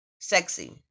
sexy